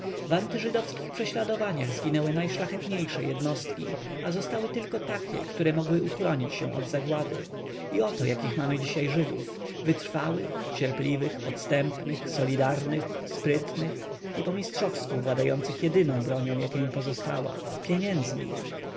w antiżydowskich prześladowaniach zginęły najszlachetniejsze jednostki a zostały tylko takie które mogły uchronić się od zagłady i oto jakich mamy dziś żydów wytrwałych cierpliwych podstępnych solidarnych sprytnych i po mistrzowsku władających jedyną bronią jaka im pozostała pieniędzmi